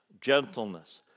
gentleness